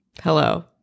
Hello